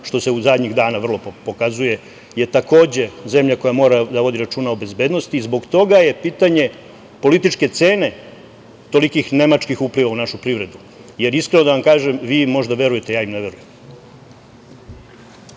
što se zadnjih dana vrlo pokazuje, je takođe zemlja koja mora da vodi računa o bezbednosti i zbog toga je pitanje političke cene tolikih nemačkih upliva u našu privredu, jer iskreno da vam kažem vi im možda verujete, ja im ne verujem.